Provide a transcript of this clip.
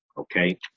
okay